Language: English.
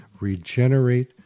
Regenerate